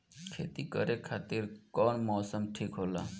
खेती करे खातिर कौन मौसम ठीक होला?